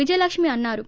విజయలక్ష్మి అన్నారు